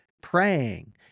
praying